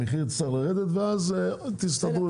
המחיר צריך לרדת ואז תסתדרו איתם.